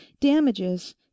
damages